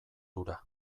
hura